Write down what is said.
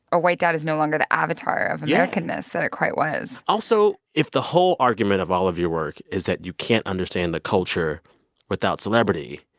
a white dad is no longer the avatar. yeah. of americanness that it quite was also, if the whole argument of all of your work is that you can't understand the culture without celebrity,